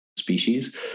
species